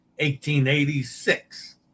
1886